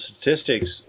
statistics